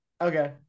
okay